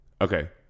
Okay